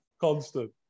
constant